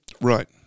Right